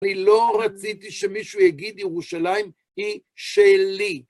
אני לא רציתי שמישהו יגיד, ירושלים היא שלי.